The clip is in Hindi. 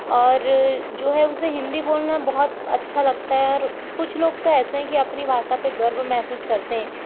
और जो है उसे हिन्दी बोलना बहुत अच्छा लगता है और कुछ लोग तो ऐसे है की अपनी भाषा पर गर्व महसूस करते है